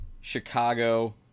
Chicago